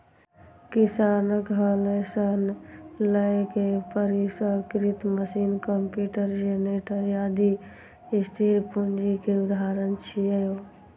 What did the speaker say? किसानक हल सं लए के परिष्कृत मशीन, कंप्यूटर, जेनरेटर, आदि स्थिर पूंजी के उदाहरण छियै